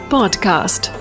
Podcast